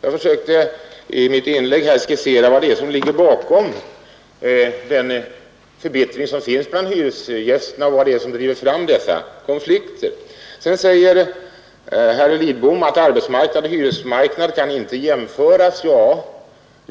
Jag försökte i mitt första inlägg skissera vad det är som ligger bakom den förbittring som finns bland hyresgästerna och vad det är som driver fram konflikterna. Vidare säger herr Lidbom att arbetsmarknad och hyresmarknad inte kan jämföras.